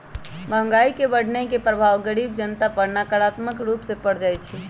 महंगाई के बढ़ने के प्रभाव गरीब जनता पर नकारात्मक रूप से पर जाइ छइ